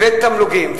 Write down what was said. ותמלוגים,